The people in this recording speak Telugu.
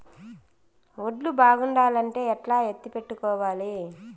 వడ్లు బాగుండాలంటే ఎట్లా ఎత్తిపెట్టుకోవాలి?